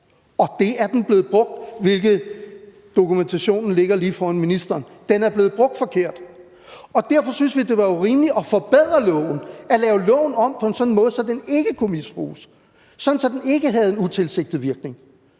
og det er den blevet brugt – dokumentationen ligger lige foran ministeren. Den er blevet brugt forkert, og derfor synes vi jo det var rimeligt at forbedre loven – at lave loven om på en sådan måde, så den ikke kunne misbruges, og så den ikke havde en utilsigtet virkning.